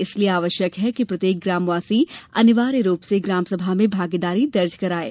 इसलिए आवश्यक है कि प्रत्येक ग्रामवासी अनिवार्य रूप से ग्राम सभा में भागीदारी दर्ज करवाये